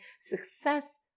success